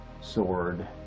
sword